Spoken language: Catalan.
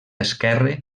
esquerre